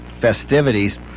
festivities